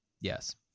Yes